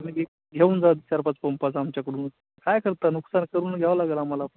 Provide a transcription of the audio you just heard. आणि घेऊन जा चार पाच पंपाचं आमच्याकडून काय करता नुकसान करून घ्यावं लागेल आम्हाला पण